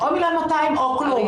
הוא אמר, או מיליון ו-200 אלף, או כלום.